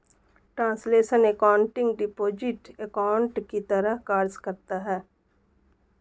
translational accounting deposit account की तरह कार्य करता है